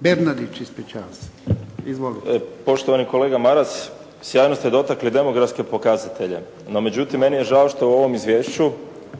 **Bernardić, Davor (SDP)** Poštovani kolega Maras, sjajno ste potaknuli demografske pokazatelje. No, međutim, meni je žao što u ovom izvješću